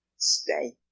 stay